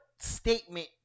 statement